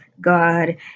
God